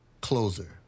closer